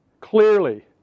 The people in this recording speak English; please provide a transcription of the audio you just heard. clearly